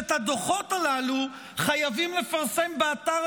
את הדוחות הללו חייבים לפרסם באתר